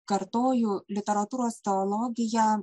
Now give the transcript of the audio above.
kartoju literatūros teologija